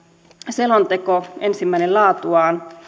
selonteko ensimmäinen laatuaan